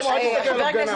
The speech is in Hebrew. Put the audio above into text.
הציבורי.